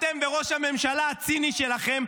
אתם וראש הממשלה הציני שלכם,